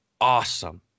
awesome